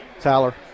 Tyler